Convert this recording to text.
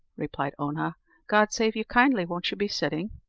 replied oonagh god save you kindly won't you be sitting?